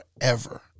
forever